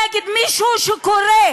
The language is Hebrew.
נגד מישהו שקורא